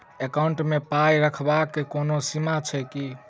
Account मे पाई रखबाक कोनो सीमा छैक की?